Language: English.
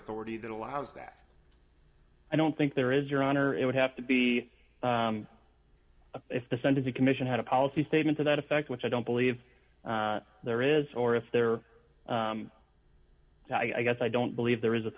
authority that allows that i don't think there is your honor it would have to be if the sentencing commission had a policy statement to that effect which i don't believe there is or if there are so i guess i don't believe there is a